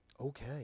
Okay